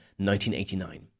1989